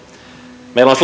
meillä on